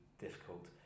Difficult